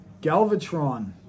Galvatron